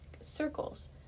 circles